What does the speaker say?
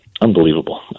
unbelievable